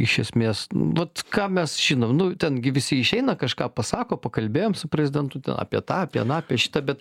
iš esmės vat ką mes žinom nu ten gi visi išeina kažką pasako pakalbėjom su prezidentu ten apie tą apie aną apie šitą bet